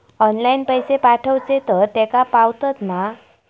Online पैसे पाठवचे तर तेका पावतत मा?